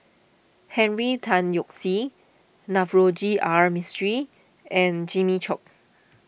Henry Tan Yoke See Navroji R Mistri and Jimmy Chok